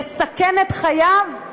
לסכן את חייו?